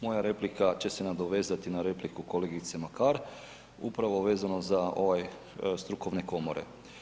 Moja replika će se nadovezati na repliku kolegice Makar, upravo vezano za ove strukovne komore.